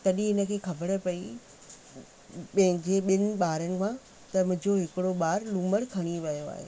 तॾहिं हिनखे ख़बर पई पंहिंजे ॿिनि ॿारनि मां त मुंहिंजो हिकिड़ो ॿार लूमड़ खणी वियो आहे